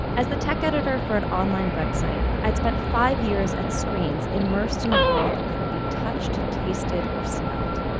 as the tech editor for an online website, i'd spent five years at screens immersed in a world that couldn't be touched, tasted, or smelled.